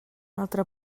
altre